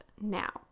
now